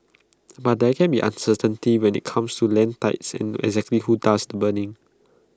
but there can be uncertainty when IT comes to land titles and exactly who does the burning